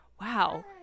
wow